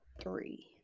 three